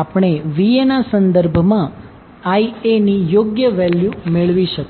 આપણે Va ના સંદર્ભમાં Iaની યોગ્ય વેલ્યુ મેળવી શકીએ